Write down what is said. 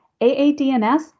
AADNS